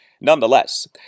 nonetheless